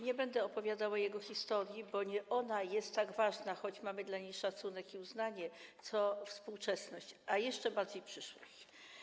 Nie będę opowiadała jego historii, bo nie ona jest tak ważna, choć mamy dla niej szacunek i uznanie, a współczesność, a jeszcze bardziej przyszłość.